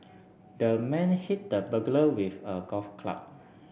the man hit the burglar with a golf club